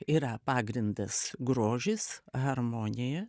yra pagrindas grožis harmonija